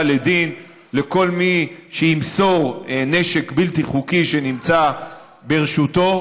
לדין לכל מי שימסור נשק בלתי חוקי שנמצא ברשותו,